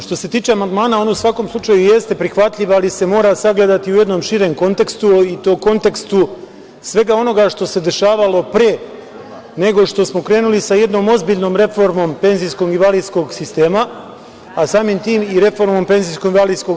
Što se tiče amandmana, u svakom slučaju jeste prihvatljiv, ali se mora sagledati u jednom širem kontekstu i to u kontekstu svega onoga što se dešavalo pre nego što smo krenuli sa jednom ozbiljnom reformom penzijskog i invalidskog sistema, a samim tim i reformom PIO.